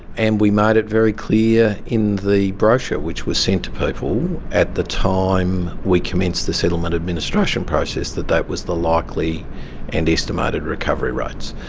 and we made it very clear in the brochure which was sent to people at the time we commenced the settlement administration process that that was the likely and estimated recovery rates.